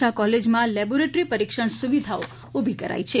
શાહ કોલેજમાં લેબોરેટરી પરીક્ષણ સુવિધા ઉભી કરી છે